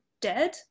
dead